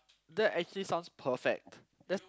that actually sounds perfect that